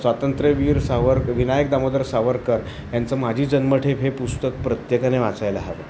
स्वातंत्र्यवीर सावरकर विनायक दामोदर सावरकर यांचं माझी जन्मठेप हे पुस्तक प्रत्येकाने वाचायला हवं